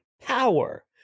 power